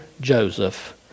Joseph